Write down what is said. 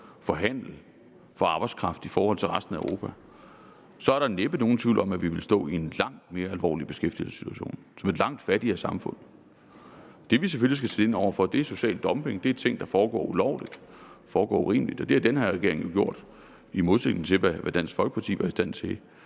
for handel og for arbejdskraft i forhold til resten af Europa, så er der næppe nogen tvivl om, at vi ville stå i en langt mere alvorlig beskæftigelsessituation og som et langt fattigere samfund. Det, vi selvfølgelig skal sætte ind over for, er social dumping; det er ting, der foregår ulovligt og urimeligt, og det har den her regering jo sat ind over for i modsætning til, hvad Dansk Folkeparti var i stand til